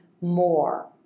more